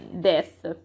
death